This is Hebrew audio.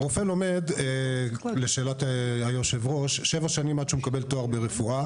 רופא לומד שבע שנים עד שהוא מקבל תואר ברפואה,